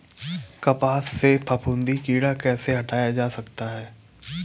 कपास से फफूंदी कीड़ा कैसे हटाया जा सकता है?